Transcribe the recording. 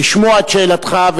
לשמוע את שאלתך,